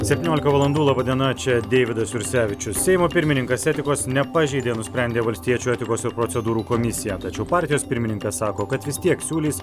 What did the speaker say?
septyniolika valandų laba diena čia deividas jursevičius seimo pirmininkas etikos nepažeidė nusprendė valstiečių etikos ir procedūrų komisija tačiau partijos pirmininkė sako kad vis tiek siūlys